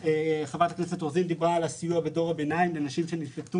חברת הכנסת רוזין דיברה קודם על הסיוע בדור הביניים לנשים שנפלטו